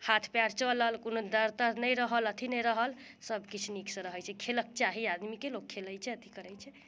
हाथ पयर चलल कोनो दर्द तर्द नहि रहल अथी नहि रहल सब किछु नीकसँ रहै छै खेलऽके चाही आदमीके लोक खेलै छै अथी करै छै